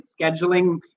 scheduling